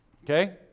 Okay